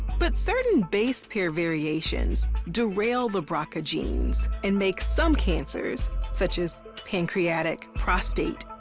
but certain base pair variations derail the brca genes, and make some cancers such as pancreatic, prostate,